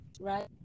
Right